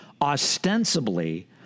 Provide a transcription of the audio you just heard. ostensibly